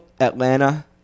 Atlanta